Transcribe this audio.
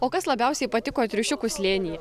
o kas labiausiai patiko triušiukų slėnyje